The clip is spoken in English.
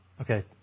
Okay